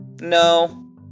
No